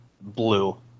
blue